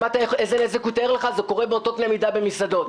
שמעתם איזה נזק הוא תיאר זה קורה באותו קנה מידה במסעדות.